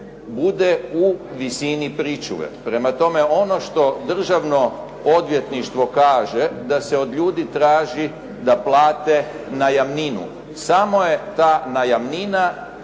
bude u visini pričuve. Prema tome, ono što državno odvjetništvo kaže da se od ljudi traži da plate najamninu. Samo je ta najamnina